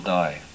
die